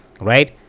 right